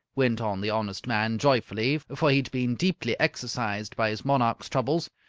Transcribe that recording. went on the honest man, joyfully, for he had been deeply exercised by his monarch's troubles,